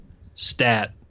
stat